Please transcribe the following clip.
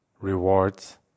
rewards